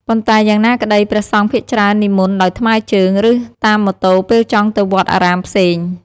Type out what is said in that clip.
ប៉ុន្តែយ៉ាងណាក្ដី ព្រះសង្ឃភាគច្រើននិមន្តដោយថ្មើជើង ឬ តាមម៉ូតូពេលចង់ទៅវត្តអារាមផ្សេង។